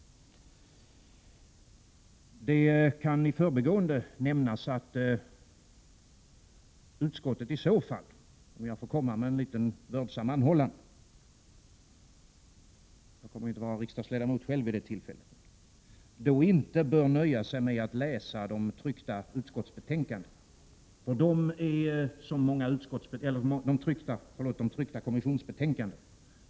Det kan också i förbigående nämnas att utskottet i så fall, om jag får komma med en liten vördsam anhållan — jag kommer inte att vara riksdagsledamot själv vid det tillfället — inte bör nöja sig med att läsa de tryckta kommissionsbetänkandena.